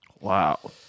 Wow